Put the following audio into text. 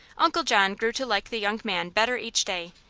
uncle john grew to like the young man better each day,